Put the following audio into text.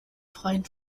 freien